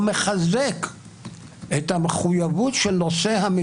בעצם ברגע שהממשלה לא מקבלת את ההמלצה של הוועדה